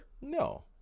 No